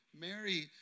Mary